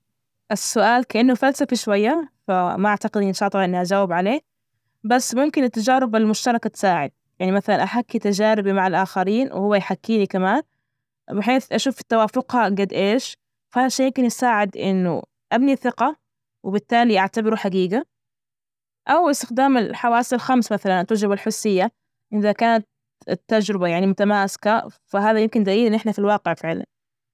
السؤال كأنه فلسفى شوية، فما أعتقد إني شاطرة إني أجاوب عليه، بس ممكن التجارب المشتركة تساعد يعني مثلا أحكي تجاربي مع الآخرين وهو يحكيني كمان بحيث أشوف توافقها جد إيش، فها الشي يمكن يساعد إنه أبني ثقة وبالتالي أعتبره حقيقة أو استخدام الحواس الخمس مثلا التجربة الحسية، إذا كانت التجربة يعني متماسكة فهذا يمكن زيي إن إحنا في الواقع فعلا.